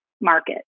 market